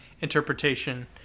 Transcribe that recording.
interpretation